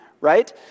right